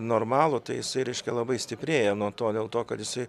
normalų tai jisai reiškia labai stiprėja nuo to dėl to kad jisai